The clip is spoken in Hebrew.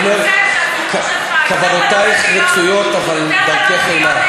הוא אומר: כוונותייך רצויות אבל דרכך אינה.